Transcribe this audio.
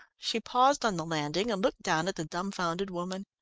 she paused on the landing and looked down at the dumbfounded woman.